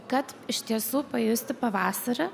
kad iš tiesų pajusti pavasarį